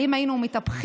האם היינו מתהפכים?